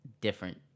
different